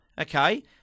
okay